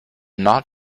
not